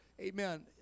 Amen